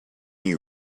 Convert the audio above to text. you